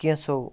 کینٛژھٕو